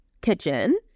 kitchen